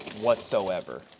whatsoever